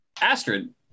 Astrid